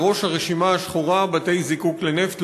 בראש הרשימה השחורה בתי-זיקוק לנפט,